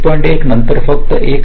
1 नंतर फक्त 1 अधिक 0